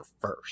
first